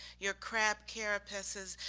your crab carapace's,